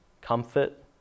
comfort